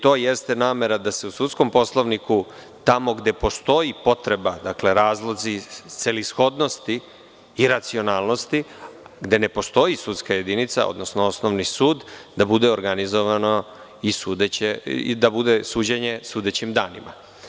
To i jeste namera da se u sudskom poslovniku, tamo gde postoji potreba, dakle razlozi celishodnosti i racionalnosti, gde ne postoji sudska jedinica, odnosno osnovni sud, bude organizovano suđenje sudećim danima.